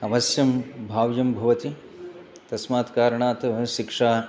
अवश्यं भाव्यं भवति तस्मात् कारणात् शिक्षा